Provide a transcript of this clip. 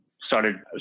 started